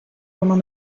romain